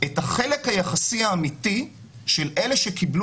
את החלק היחסי האמיתי של אלה שקיבלו